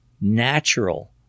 natural